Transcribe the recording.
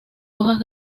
hojas